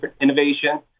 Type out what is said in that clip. innovation